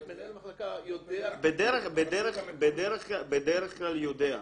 מנהל המחלקה יודע --- בדרך כלל יודע.